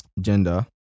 gender